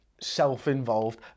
self-involved